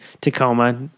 Tacoma